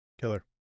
Killer